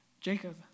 Jacob